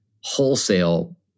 wholesale